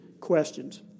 questions